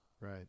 right